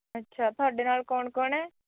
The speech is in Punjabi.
ਅੱਛਾ ਤੁਹਾਡੇ ਨਾਲ ਕੌਣ ਕੌਣ ਹੈ